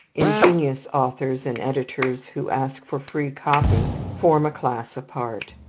ingenious authors and editors who ask for free copy form a class apart.